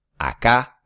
Acá